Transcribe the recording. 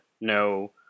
no